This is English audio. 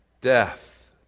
death